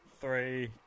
three